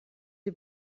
die